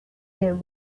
him